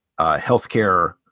healthcare